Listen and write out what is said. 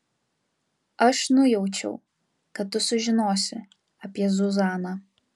aš nujaučiau kad tu sužinosi apie zuzaną